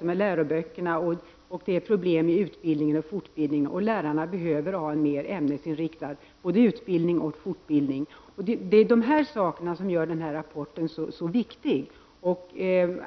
med läroböckerna och med utbildning och fortbildning. Lärarna behöver ha en mer ämnesinriktad utbildning och fortbildning. Det är de här sakerna som gör rapporten så viktig.